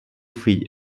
fill